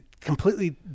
Completely